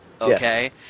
Okay